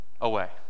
away